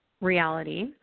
reality